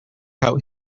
out